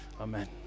amen